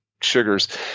sugars